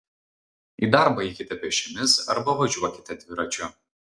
į darbą eikite pėsčiomis arba važiuokite dviračiu